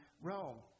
Rome